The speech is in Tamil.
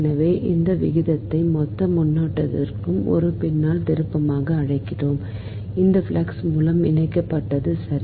எனவே இந்த விகிதத்தை மொத்த மின்னோட்டத்தின் ஒரு பின்னல் திருப்பமாக அழைக்கிறோம் இந்த ஃப்ளக்ஸ் மூலம் இணைக்கப்பட்டுள்ளது சரி